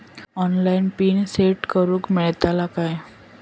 Online pin set करूक मेलतलो काय?